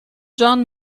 john